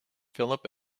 philip